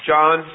John